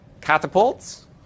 catapults